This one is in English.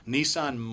Nissan